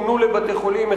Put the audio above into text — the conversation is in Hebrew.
פונו לבתי-חולים,